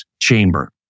chamber